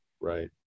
right